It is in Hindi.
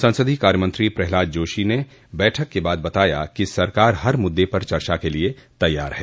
संसदीय कार्यमंत्री प्रह्लाद जोशी ने बैठक के बाद बताया कि सरकार हर मुद्दे पर चर्चा के लिए तैयार है